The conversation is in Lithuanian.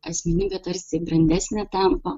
asmenybė tarsi brandesnė tampa